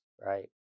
right